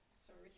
Sorry